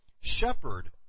shepherd